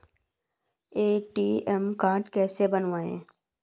ATM card कैसे बनवाएँ?